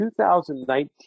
2019